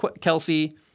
Kelsey